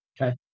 Okay